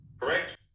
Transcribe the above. Correct